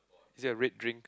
is it a red drink